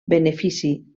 benefici